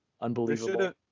unbelievable